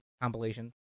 compilation